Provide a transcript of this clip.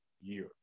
year